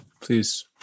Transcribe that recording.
Please